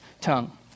tongue